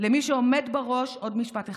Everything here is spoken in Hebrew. למי שעומד בראש, עוד משפט אחד,